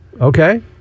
Okay